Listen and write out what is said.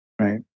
Right